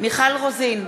מיכל רוזין,